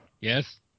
yes